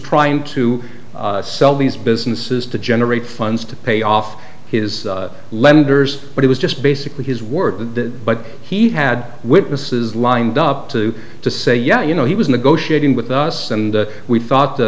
trying to sell these businesses to generate funds to pay off his lenders but it was just basically his word that but he had witnesses lined up to to say yeah you know he was negotiating with us and we thought